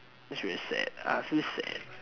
it's very sad I feel sad